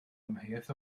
amheuaeth